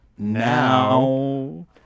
Now